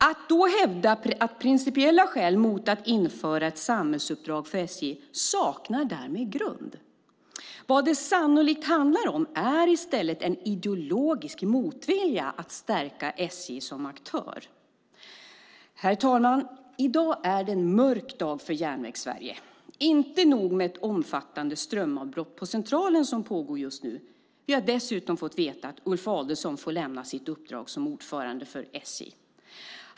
Att då hävda principiella skäl mot att införa ett samhällsuppdrag för SJ saknar därmed grund. Vad det sannolikt handlar om är i stället en ideologisk motvilja mot att stärka SJ som aktör. Herr talman! I dag är en mörk dag för Järnvägssverige. Det är inte nog med ett omfattande strömavbrott på Centralen som pågår just nu, utan vi har dessutom fått veta att Ulf Adelsohn får lämna sitt uppdrag som ordförande för SJ.